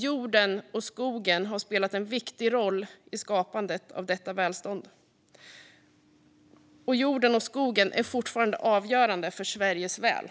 Jorden och skogen har spelat en viktig roll i skapandet av detta välstånd. Jorden och skogen är fortfarande avgörande för Sveriges väl.